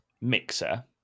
mixer